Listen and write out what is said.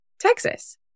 Texas